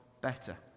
better